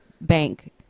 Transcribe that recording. bank